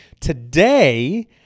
Today